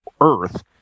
earth